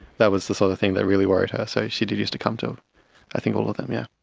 that was the sort of thing that really worried her, so she did used to come to i think all of them, yes.